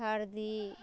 हरदी